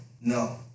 No